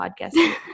podcast